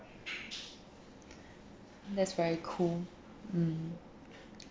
that's very cool mm